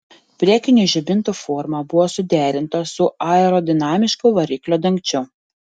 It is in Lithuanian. priekinių žibintų forma buvo suderinta su aerodinamišku variklio dangčiu